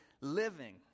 living